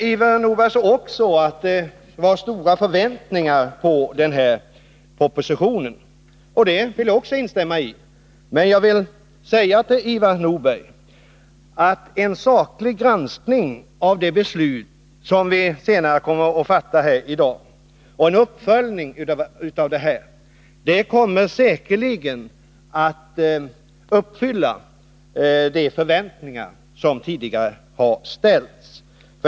Ivar Nordberg sade också att det var stora förväntningar på den här propositionen, och även det vill jag instämma i. Låt mig säga till Ivar Nordberg att en saklig granskning av de beslut som vi senare i dag kommer att fatta och en uppföljning av dem säkerligen gör att de tidigare förväntningarna kommer att infrias.